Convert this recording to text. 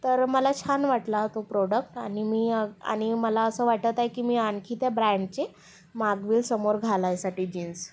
तर मला छान वाटला तो प्रोडक्ट आणि मी आणि मला असं वाटत आहे की मी आणखी त्या ब्रँडचे मागवीन समोर घालायसाठी जीन्स